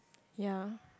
ya